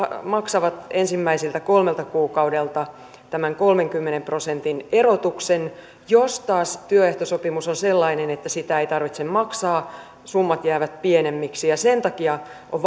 maksavat ensimmäiseltä kolmelta kuukaudelta tämän kolmenkymmenen prosentin erotuksen jos taas työehtosopimus on sellainen että sitä ei tarvitse maksaa summat jäävät pienemmiksi sen takia on